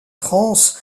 france